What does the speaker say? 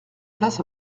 place